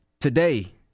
Today